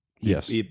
yes